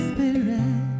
Spirit